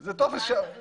אז מה אתה מציע?